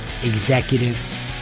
executive